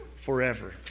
forever